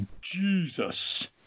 Jesus